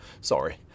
Sorry